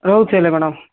ରହୁଛି ହେଲେ ମ୍ୟାଡ଼ାମ୍